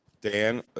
Dan